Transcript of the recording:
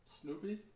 Snoopy